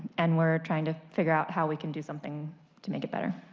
and we are trying to figure out how we can do something to make it better.